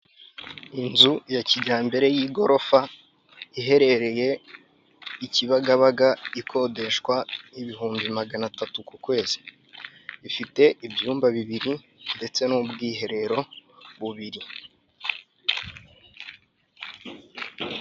Inzu ya kijyambere y'igorofa iherereye i Kibagabaga ikodeshwa ibihumbi magana atatu ku kwezi, ifite ibyumba bibiri ndetse n'ubwiherero bubiri.